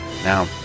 Now